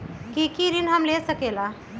की की ऋण हम ले सकेला?